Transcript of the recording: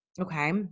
okay